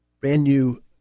brand-new